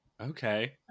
Okay